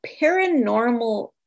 paranormal